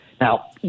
Now